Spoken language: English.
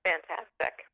Fantastic